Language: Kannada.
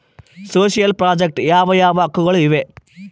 ಸೋಶಿಯಲ್ ಪ್ರಾಜೆಕ್ಟ್ ಯಾವ ಯಾವ ಹಕ್ಕುಗಳು ಇವೆ?